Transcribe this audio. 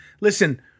Listen